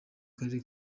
karere